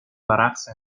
رقص